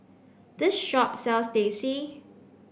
this shop sells Teh C